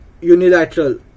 unilateral